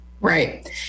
right